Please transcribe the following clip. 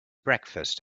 breakfast